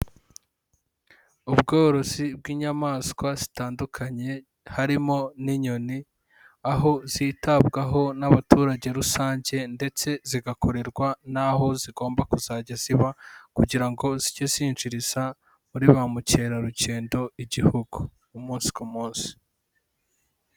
Ubworozi bw'inyamaswa zitandukanye harimo n'inyoni, aho zitabwaho n'abaturage rusange ndetse zigakorerwa n'aho zigomba kuzajya ziba kugira ngo zijye zinjiriza muri ba mukerarugendo igihugu umunsi ku munsi.